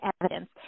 evidence